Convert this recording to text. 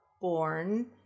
born